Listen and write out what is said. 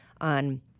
on